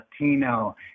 Latino